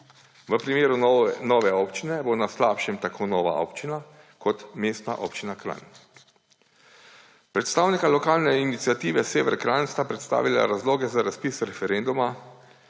V primeru nove občine bo na slabšem tako nova občina kot Mestna občina Kranj. Predstavnika lokalne iniciative Severni Kranj sta predstavila razloge za razpis referenduma,